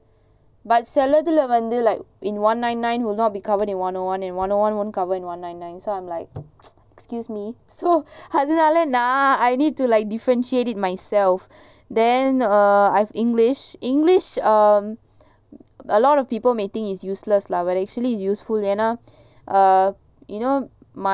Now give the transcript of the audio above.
but சிலதுலவந்து:silathula vandhu like in one nine nine will not be covered in one O one and one one one won't come out in one nine nine so I'm like excuse me so அதுனாலநான்:adhunala nan I need to like differentiate it myself then err I've english english um a lot of people may think is useless lah but actually useful எனா:yena err you know my